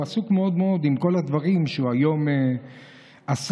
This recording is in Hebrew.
הוא עסוק מאוד מאוד עם כל הדברים שהיום הוא עשה.